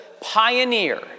pioneer